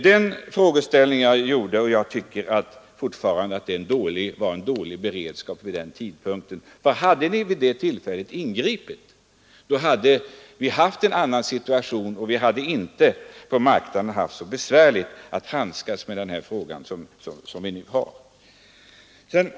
Men jag tycker fortfarande att det var dålig beredskap vi hade vid den tidpunkten. Om vi hade ingripit vid det tillfället, så hade vi nu haft en helt annan situation, och då hade det inte varit så besvärligt att handskas med dessa frågor som det nu är.